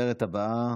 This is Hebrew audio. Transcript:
הדוברת הבאה,